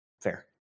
fair